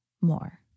more